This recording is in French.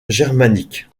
germanique